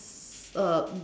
uh